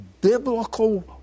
biblical